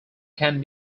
can